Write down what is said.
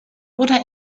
oder